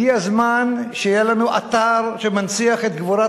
הגיע הזמן שיהיה לנו אתר שמנציח את גבורת